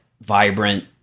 vibrant